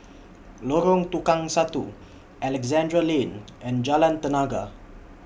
Lorong Tukang Satu Alexandra Lane and Jalan Tenaga